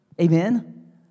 Amen